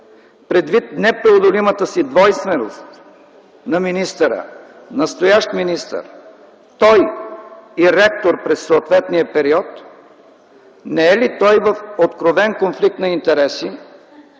Предвид непреодолимата си двойственост на министъра, настоящ министър, той и ректор през съответния период, не е ли той в откровен конфликт на интереси,